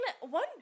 one